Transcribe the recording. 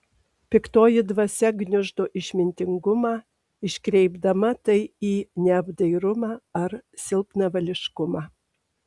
piktoji dvasia gniuždo išmintingumą iškreipdama tai į neapdairumą ar silpnavališkumą